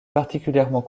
particulièrement